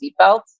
seatbelt